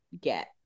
get